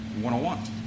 101